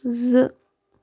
زٕ